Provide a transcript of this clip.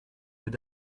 deux